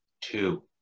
two